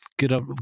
Good